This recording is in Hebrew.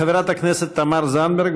חברת הכנסת תמר זנדברג,